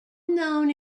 known